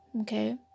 Okay